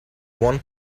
one